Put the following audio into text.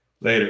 Later